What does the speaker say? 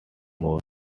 more